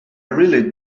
really